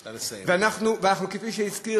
ואנחנו,